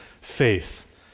faith